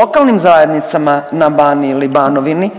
lokalnim zajednicama na Baniji ili Banovini,